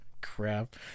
Crap